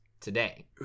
today